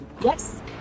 Yes